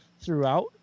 throughout